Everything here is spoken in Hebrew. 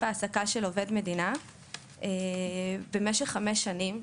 העסקה של עובד מדינה במשך חמש שנים.